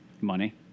Money